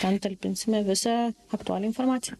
ten talpinsime visą aktualią informaciją